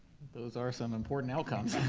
those are some important outcomes.